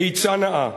עצה נאה,